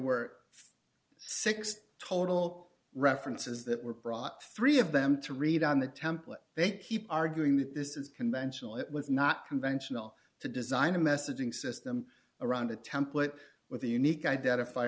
were six total references that were brought three of them to read on the template they keep arguing that this is conventional it was not conventional to design a messaging system around a template with a unique identif